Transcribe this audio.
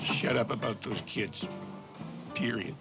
shut up about those kids period